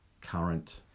current